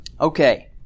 Okay